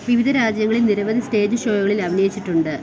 വിവിധ രാജ്യങ്ങളിൽ നിരവധി സ്റ്റേജ് ഷോകളിൽ അഭിനയിച്ചിട്ടുണ്ട്